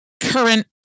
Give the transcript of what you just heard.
current